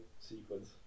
sequence